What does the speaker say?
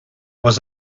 was